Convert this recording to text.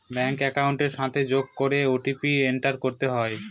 bank একাউন্টের সাথে যোগ করে ও.টি.পি এন্টার করতে হয়